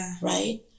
right